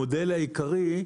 המודל העיקרי,